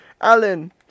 Alan